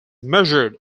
measured